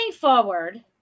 forward